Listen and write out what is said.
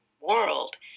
world